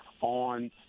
on